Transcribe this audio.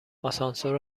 آسانسور